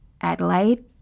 Adelaide